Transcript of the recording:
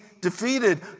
defeated